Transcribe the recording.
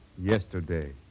Yesterday